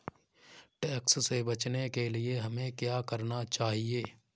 Tax से बचने के लिए हमें क्या करना चाहिए?